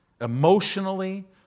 emotionally